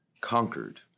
conquered